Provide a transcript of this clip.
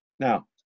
Now